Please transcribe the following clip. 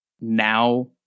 now